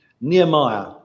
Nehemiah